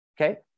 okay